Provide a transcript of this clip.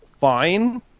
fine